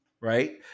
right